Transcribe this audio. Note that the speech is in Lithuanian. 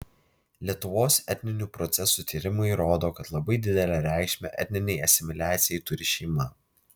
lietuvos etninių procesų tyrimai rodo kad labai didelę reikšmę etninei asimiliacijai turi šeima